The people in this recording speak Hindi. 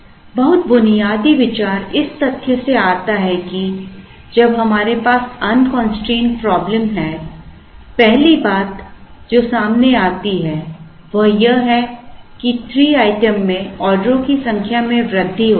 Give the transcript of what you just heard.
बहुत बुनियादी विचार इस तथ्य से आता है कि जब हमारे पास अनकंस्ट्रेंड प्रॉब्लम है 27 5 14 पहली बात जो सामने आती है वह यह है कि 3 आइटम में ऑर्डरों की संख्या में वृद्धि होती है